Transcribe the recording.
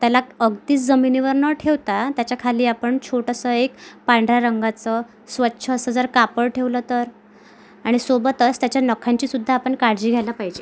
त्यालाक् अगदीच जमिनीवर न ठेवता त्याच्याखाली आपण छोटंसं एक पांढऱ्या रंगाचं स्वच्छ असं जर कापड ठेवलं तर आणि सोबतच त्याच्या नखांचीसुद्धा आपण काळजी घ्यायला पाहिजे